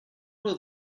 will